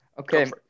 Okay